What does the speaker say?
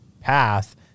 path